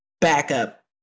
backup